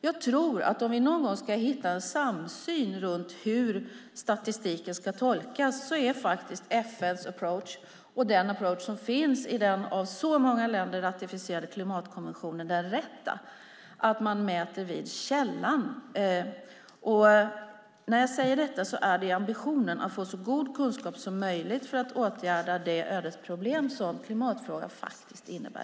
Jag tror att om vi någon gång ska hitta en samsyn runt hur statistiken ska tolkas är faktiskt FN:s approach och den approach som finns i den av så många länder ratificerade klimatkonventionen den rätta, det vill säga att man mäter vid källan. När jag säger detta är ambitionen att få så god kunskap som möjligt för att åtgärda det ödesproblem som klimatfrågan faktiskt innebär.